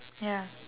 ya